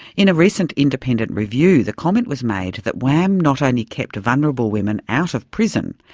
in a recent independent review, the comment was made that wam not only kept vulnerable women out of prison,